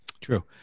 True